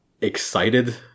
excited